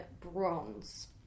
Bronze